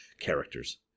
characters